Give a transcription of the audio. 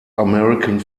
american